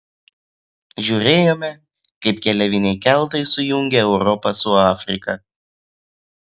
žiūrėjome kaip keleiviniai keltai sujungia europą su afrika